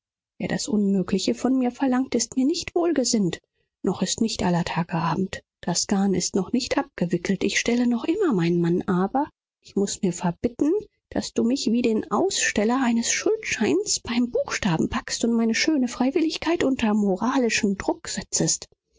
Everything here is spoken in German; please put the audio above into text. wer das unmögliche von mir verlangt ist mir nicht wohlgesinnt noch ist nicht aller tage abend das garn ist noch nicht abgewickelt ich stelle noch immer meinen mann aber ich muß mir verbitten daß du mich wie den aussteller eines schuldscheins beim buchstaben packst und meine schöne freiwilligkeit unter moralischen druck setzest